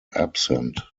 absent